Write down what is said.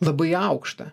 labai aukštą